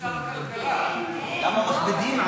לא, לא,